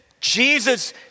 Jesus